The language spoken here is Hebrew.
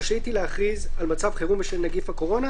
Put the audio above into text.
רשאית היא להכריז על מצב חירום בשל נגיף הקורונה",